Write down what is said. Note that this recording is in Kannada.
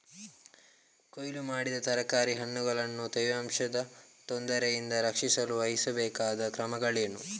ಕೊಯ್ಲು ಮಾಡಿದ ತರಕಾರಿ ಹಣ್ಣುಗಳನ್ನು ತೇವಾಂಶದ ತೊಂದರೆಯಿಂದ ರಕ್ಷಿಸಲು ವಹಿಸಬೇಕಾದ ಕ್ರಮಗಳೇನು?